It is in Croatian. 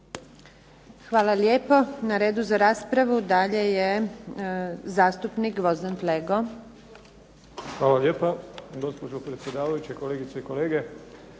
Hvala lijepa. Na redu za raspravu dalje je zastupnik Gvozden Flego. **Flego,